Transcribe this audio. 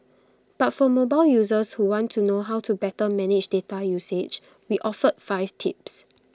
but for mobile users who want to know how to better manage data usage we offered five tips